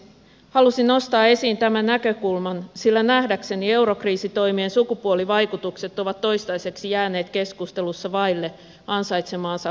halusin nostaa esiin tämän näkökulman sillä nähdäkseni eurokriisitoimien sukupuolivaikutukset ovat toistaiseksi jääneet keskustelussa vaille ansaitsemaansa huomiota